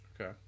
Okay